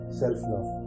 self-love